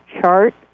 chart